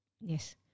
Yes